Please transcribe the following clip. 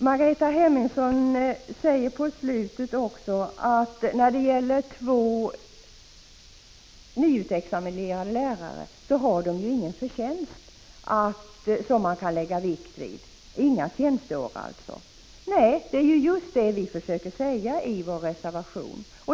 Margareta Hemmingsson säger i slutet av sitt anförande att två nyutexaminerade lärare inte har någon förtjänst, alltså inga tjänsteår, som man kan lägga vikt vid. Det är just detta vi försöker säga i vår reservation.